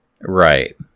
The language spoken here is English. Right